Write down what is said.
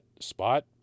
spot